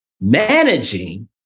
Managing